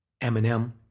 Eminem